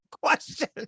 question